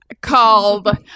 Called